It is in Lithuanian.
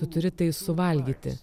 tu turi tai suvalgyti